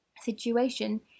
situation